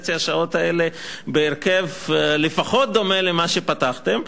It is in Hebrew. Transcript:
וחצי האלה בהרכב לפחות דומה למה שפתחתם.